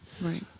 Right